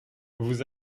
vous